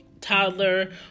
toddler